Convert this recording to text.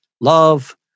love